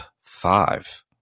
five